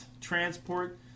transport